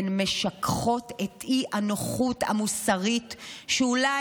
הן משככות את האי-נוחות המוסרית שאולי